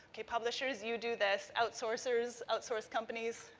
okay. publishers, you do this. outsourcers, outsource companies,